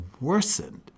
worsened